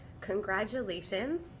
congratulations